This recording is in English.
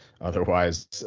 Otherwise